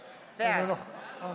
עכשיו אני אעבור להצעת החוק שלי.